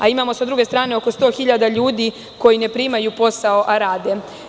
Imamo sa druge strane oko 100.000 ljudi koji ne primaju posao a rade.